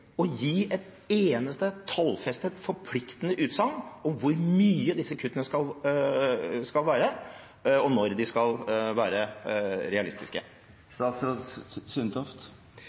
å gi et eneste tallfestet, forpliktende utsagn om hvor store disse kuttene skal være, og når de skal være realistiske?